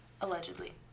Allegedly